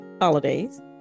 holidays